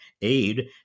aid